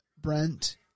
Brent